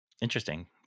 Interesting